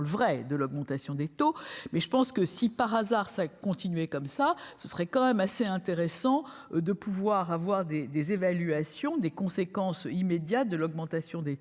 le vrai, de l'augmentation des taux, mais je pense que si par hasard ça continuer comme ça, ce serait quand même assez intéressant de pouvoir avoir des des évaluations des conséquences immédiates de l'augmentation des taux.